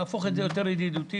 להפוך את זה ליותר ידידותי.